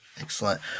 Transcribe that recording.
Excellent